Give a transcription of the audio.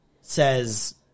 says